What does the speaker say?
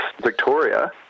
Victoria